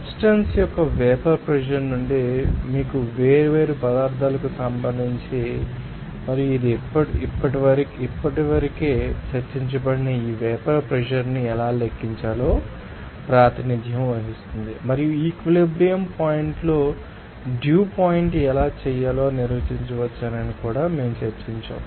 substance యొక్క vapour pressure నుండి మీకు వేర్వేరు పదార్ధాలకు సంబంధించి తెలుసు మరియు ఇది ఇప్పటికే చర్చించబడిన ఆ వేపర్ ప్రెషర్ ాన్ని ఎలా లెక్కించాలో ప్రాతినిధ్యం వహిస్తుంది మరియు ఈక్విలిబ్రియం పాయింట్ లో డ్యూ పాయింట్ ఎలా చేయాలో నిర్వచించవచ్చని కూడా మేము చర్చించాము